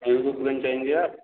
महेरूपगंज जऍंगे आप